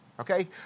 okay